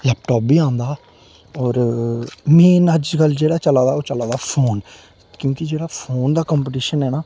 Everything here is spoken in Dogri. लैपटॉप बी आंदा होर मेन अज्जकल जेह्ड़ा चला दा ओह् चला दा फोन क्योंकि जेह्ड़ा फोन दा कम्पीटिशन ऐ ना